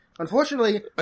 Unfortunately